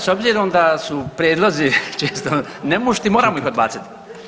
S obzirom da su prijedlozi često nemušti moramo ih odbacit.